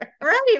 Right